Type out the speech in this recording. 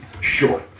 Sure